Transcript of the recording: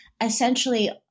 essentially